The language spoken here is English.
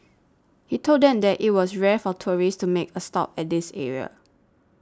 he told them that it was rare for tourists to make a stop at this area